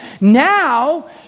Now